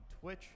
twitch